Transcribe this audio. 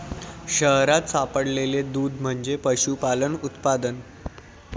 शहरात सापडलेले दूध म्हणजे पशुपालन उत्पादन